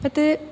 ಮತ್ತು